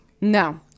No